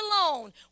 alone